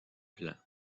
plan